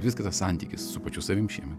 vis kitas santykis su pačiu savim šieme